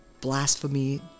blasphemy